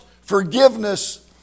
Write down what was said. forgiveness